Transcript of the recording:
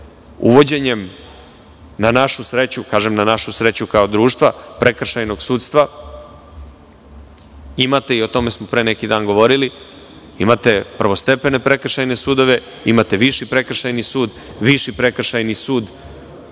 kažem na našu sreću kao društva, prekršajnog sudstva, imate i o tome smo pre neki dan govorili, imate prvostepene prekršajne sudove, imate viši prekršajni sud. Viši prekršajni sud